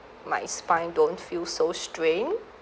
my spine don't feel so strain